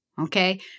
okay